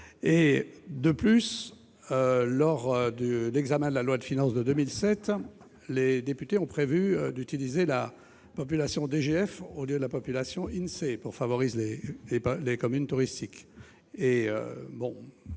Lors de l'examen de la loi de finances pour 2017, les députés ont prévu de viser la population DGF au lieu de la population INSEE, pour favoriser les communes touristiques,